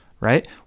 right